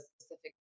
specific